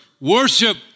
worship